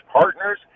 partners